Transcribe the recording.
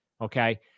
Okay